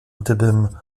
gdybym